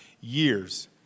years